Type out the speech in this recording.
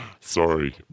Sorry